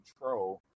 control